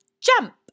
jump